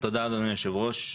תודה, אדוני היושב-ראש.